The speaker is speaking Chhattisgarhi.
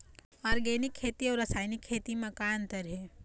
ऑर्गेनिक खेती अउ रासायनिक खेती म का अंतर हे?